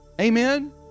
Amen